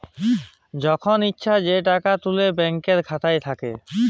যখল ইছা যে টাকা তুলে ব্যাংকের খাতা থ্যাইকে